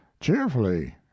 cheerfully